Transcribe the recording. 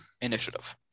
Initiative